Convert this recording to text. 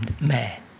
man